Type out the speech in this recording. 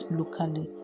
locally